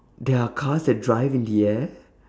there are cars that drive in the air